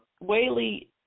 Whaley